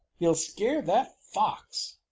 he'll scare that fox!